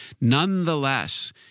Nonetheless